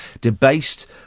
Debased